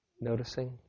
noticing